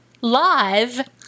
Live